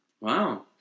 Wow